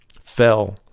fell